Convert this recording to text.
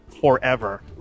forever